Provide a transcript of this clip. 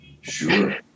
sure